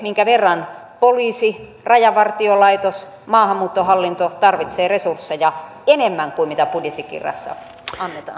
minkä verran arvioitte että poliisi rajavartiolaitos ja maahanmuuttohallinto tarvitsevat resursseja enemmän kuin mitä budjettikirjassa annetaan